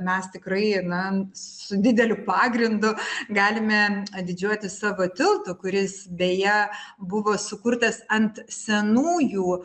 mes tikrai na su dideliu pagrindu galime didžiuotis savo tiltu kuris beje buvo sukurtas ant senųjų